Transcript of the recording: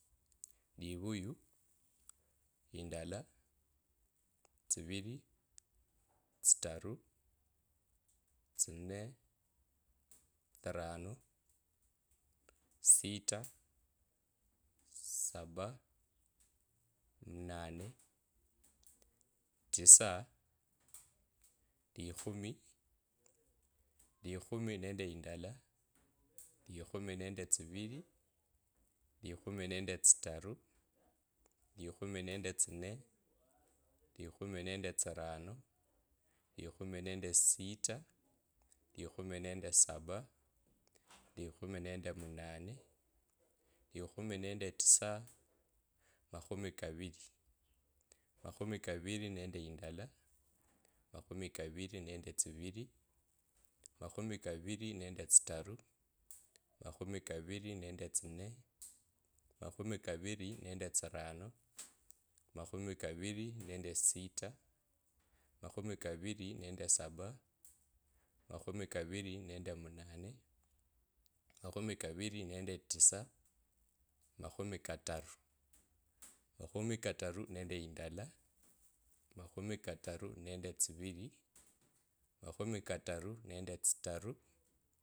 Livuyu indala tsivili tsitaru tsinee tsirano sita saba munane tisa likhumi, likhumi nende indala likhumi nende tsivili likhumi nende tsitaru likhumi nende tsinee likhumi nende tsirano likhumi nende sita likhumi nende saba likhumi nende munane likhumi nende tisa makhumi kavili, makhumi kavili nende indala makhumi kavili nende tsivili makhumi kavili nende tsitaru makhumi kavili nende tsine makhumi kavili nende tsirano makhumi kavili nende sita makhumi kavili nende saba makhumi kavili nende munane makhumi kavili nende tisa makhumi kataru, makhumi kataru nende indala makhumi kataru nende tsivili makhumi kataru nende tsitaru makhumi kataru nende tsinee.